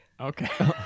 Okay